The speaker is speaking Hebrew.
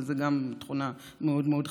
וזו תכונה מאוד מאוד חשובה,